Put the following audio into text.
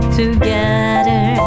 together